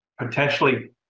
potentially